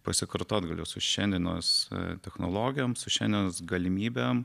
pasikartot galiu su šiandienos technologijoms su šiandienos galimybėm